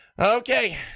Okay